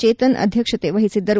ಚೇತನ್ ಅಧ್ಯಕ್ಷತೆ ವಹಿಸಿದ್ದರು